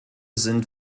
sind